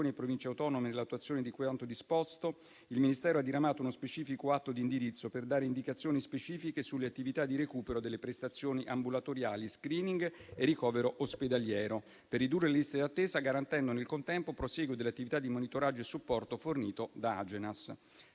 e Province autonome nell'attuazione di quanto disposto, il Ministero ha diramato uno specifico atto di indirizzo per dare indicazioni specifiche sulle attività di recupero delle prestazioni ambulatoriali, *screening* e ricovero ospedaliero, per ridurre le liste d'attesa, garantendo nel contempo il prosieguo delle attività di monitoraggio e supporto fornito da Agenas.